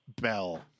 Bell